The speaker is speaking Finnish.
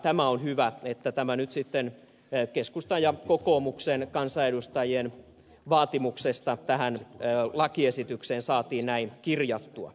tämä on hyvä että tämä nyt sitten keskustan ja kokoomuksen kansanedustajien vaatimuksesta tähän lakiesitykseen saatiin näin kirjattua